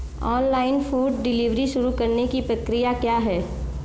Online food delivery शुरू करने की प्रक्रिया क्या है?